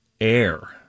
air